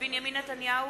בנימין נתניהו,